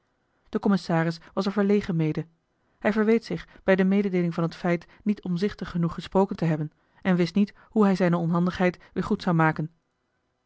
de commissaris was er verlegen mede hij verweet zich bij de mededeeling van het feit niet omzichtig genoeg gesproken te hebben en wist niet hoe hij zijne onhandigheid weer goed zou maken